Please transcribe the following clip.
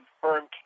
confirmed